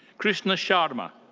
krishna sharma.